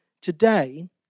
today